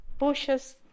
pushes